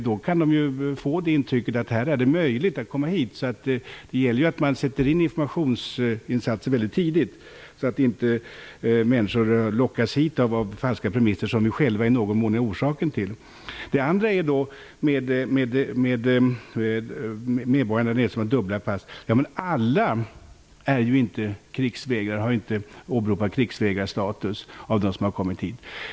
Då kan de ju få det intrycket att det är möjligt att komma hit. Det gäller ju att göra informationsinsatser väldigt tidigt så att människor inte lockas hit genom falska premisser som vi själva i någon mån är orsak till. Sedan finns det medborgare som reser med dubbla pass. Ja, alla som har kommit hit är ju inte krigsvägrare och har inte åberopat krigsvägrarstatus.